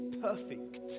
perfect